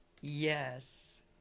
Yes